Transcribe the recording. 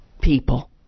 people